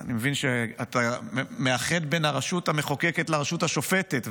אני מבין שאתה מאחד בין הרשות המחוקקת לרשות השופטת,